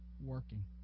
working